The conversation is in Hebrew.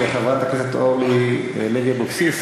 בפרוטוקול שחברת הכנסת אורלי לוי אבקסיס